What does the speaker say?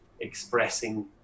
expressing